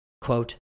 quote